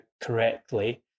correctly